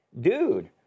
dude